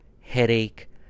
headache